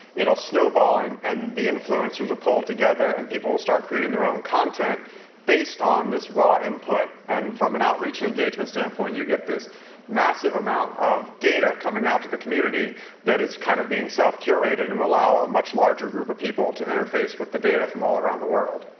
it'll snowball, and and the influences will pull together, and people will start creating their own content based on this raw input, and from an outreach and engagement standpoint, you get this massive amount of data coming out to the community that is kind of being self curated and will allow a much larger group of people to interface with the data from all around world.